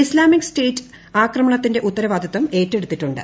Islamic State ആക്രമണത്തിന്റെ ഉത്തരവാദിത്തം ഏറ്റെടുത്തിട്ടുണ്ട്